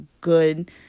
good